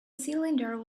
cylinder